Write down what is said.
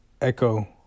echo